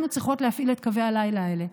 אנחנו צריכות להפעיל את קווי הלילה האלה.